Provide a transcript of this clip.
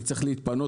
אני צריך להתפנות.